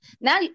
now